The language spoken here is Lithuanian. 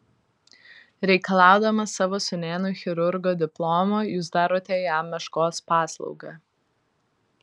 reikalaudamas savo sūnėnui chirurgo diplomo jūs darote jam meškos paslaugą